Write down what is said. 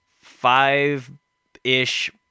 five-ish